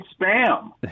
spam